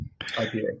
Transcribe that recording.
IPA